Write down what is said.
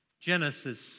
Genesis